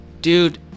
dude